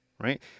right